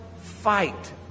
fight